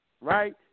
right